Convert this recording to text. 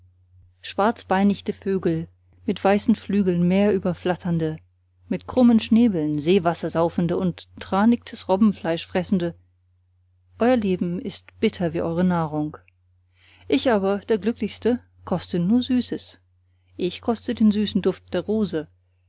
schwarzbeinigte vögel mit weißen flügeln meerüberflatternde mit krummen schnäbeln seewassersaufende und tranigtes robbenfleisch fressende eur leben ist bitter wie eure nahrung ich aber der glückliche koste nur süßes ich koste den süßen duft der rose